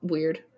Weird